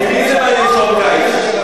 את מי זה מעניין, שעון קיץ?